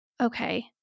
okay